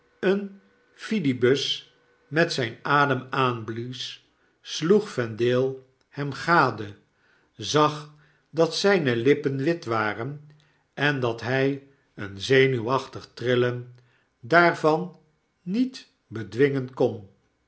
een fidibus met zyn adem aanblies sloeg vendale hem gade zag dat zyne lippen wit waren en dat hy een zenuwachtig trillen daarvan niet bedwingen kon